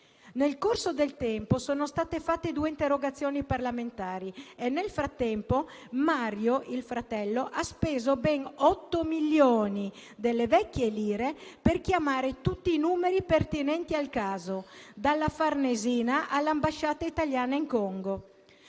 Nel corso del tempo sono state presentate due interrogazioni parlamentari e nel frattempo Mario, il fratello, ha speso ben 8 milioni delle vecchie lire per chiamare tutti i numeri telefonici pertinenti al caso, dalla Farnesina all'ambasciata italiana in Congo;